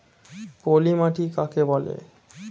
পলি মাটি কাকে বলে?